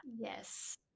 Yes